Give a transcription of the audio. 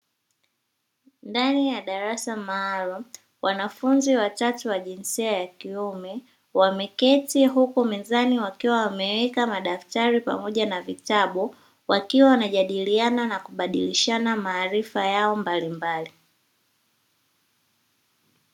Ndani ya darasa maalumu, wanafunzi watatu wa jinsia ya kiume wameketi huku mezani wakiwa wameweka madaftari pamoja na vitabu wakiwa wanajadiliana na kubadilishana maarifa yao mbalimbali.